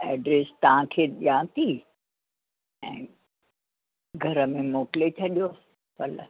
address तव्हांखे ॾियां थी ऐं घर में मोकिले छॾियो फल